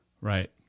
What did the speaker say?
Right